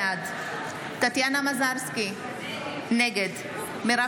בעד טטיאנה מזרסקי, נגד מרב